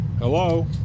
Hello